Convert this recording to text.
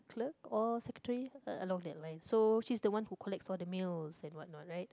clerk or secretary uh along that line so she's the one who collects all the mails and what not right